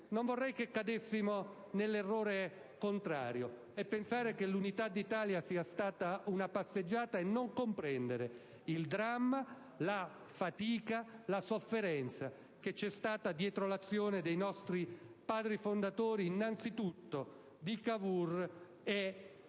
non vorrei che cadessimo nell'errore contrario: pensare che l'Unità d'Italia sia stata una passeggiata senza comprendere il dramma, la fatica, la sofferenza che c'è stata dietro l'azione dei nostri Padri fondatori, innanzi tutto di Cavour e di